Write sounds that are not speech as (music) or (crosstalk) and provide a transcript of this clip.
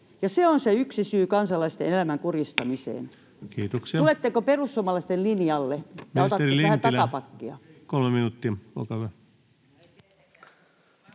se on yksi syy kansalaisten elämän kurjistamiseen. (noise) Tuletteko perussuomalaisten linjalle